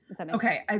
Okay